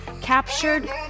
captured